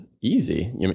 easy